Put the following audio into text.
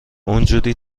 اونجوری